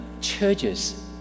churches